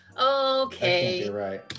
okay